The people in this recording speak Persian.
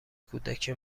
کودکی